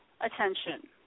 attention